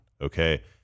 Okay